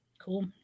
Cool